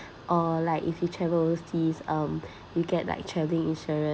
or like if you travel overseas um you get like travel insurance